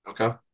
Okay